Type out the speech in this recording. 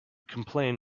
complain